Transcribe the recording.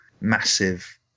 massive